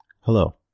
Hello